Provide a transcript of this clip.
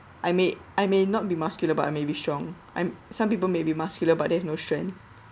I may I may not be muscular but I may be strong I'm some people may be muscular but they have no strength